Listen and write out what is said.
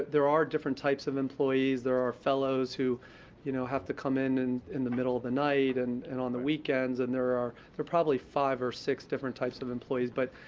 there are different types of employees. there are fellows who you know have to come in and in the middle of the night and and on the weekends, and there are probably five or six different types of employees. but